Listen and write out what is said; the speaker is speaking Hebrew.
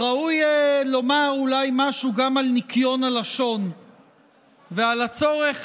אז ראוי לומר אולי משהו גם על ניקיון הלשון ועל הצורך